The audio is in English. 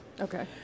okay